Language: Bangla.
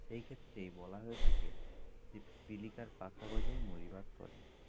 সেইক্ষেত্রে বলা হয়ে থাকে যে পিপীলিকার পাখা গজায় মরিবার তরে